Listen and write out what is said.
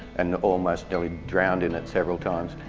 and almost nearly drowned in it several times.